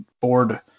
board